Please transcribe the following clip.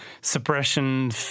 suppression